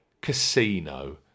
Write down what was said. casino